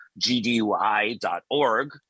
gdui.org